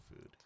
Food